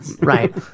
Right